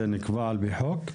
זה נקבע על פי חוק,